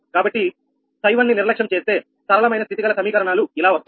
కాబట్టి 𝛹1 ని నిర్లక్ష్యం చేస్తే సరళమైన స్థితి గల సమీకరణాలు ఇలా వస్తాయి